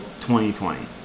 2020